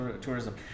tourism